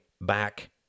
back